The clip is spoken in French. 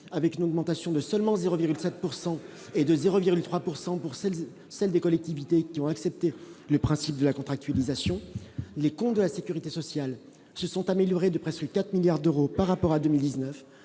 avec N'augmentation de seulement 0,7 pourcent et de 0,3 pourcent pour celle, celle des collectivités qui ont accepté le principe de la contractualisation les comptes de la Sécurité sociale se sont améliorés de presque 4 milliards d'euros par rapport à 2000